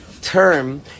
term